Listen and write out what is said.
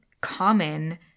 common